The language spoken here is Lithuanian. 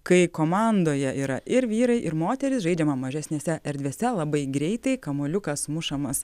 kai komandoje yra ir vyrai ir moterys žaidžiama mažesnėse erdvėse labai greitai kamuoliukas mušamas